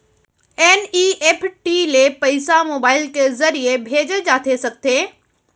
NEFT ले पइसा mobile के ज़रिए भेजे जाथे सकथे?